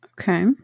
Okay